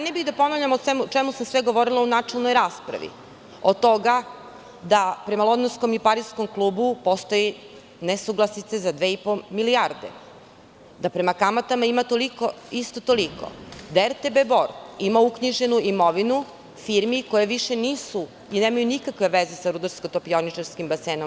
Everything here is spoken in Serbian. Ne bih da ponavljam o čemu sam sve govorila u načelnoj raspravi, od toga da prema Londonskom i Pariskom klubu postoje nesuglasice za dve i pô milijarde, da prema kamatama ima isto toliko, da RTB Bor ima uknjiženu imovinu firmi koje više nisu i nemaju nikakve veze sa RTB Bor.